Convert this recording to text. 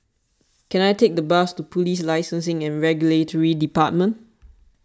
can I take a bus to Police Licensing and Regulatory Department